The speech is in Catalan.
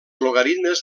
logaritmes